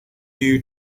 you